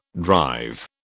drive